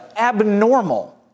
abnormal